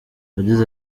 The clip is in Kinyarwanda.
yagize